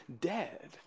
dead